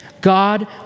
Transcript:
God